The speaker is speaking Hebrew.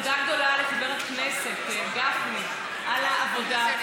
תודה גדולה לחבר הכנסת גפני על העבודה,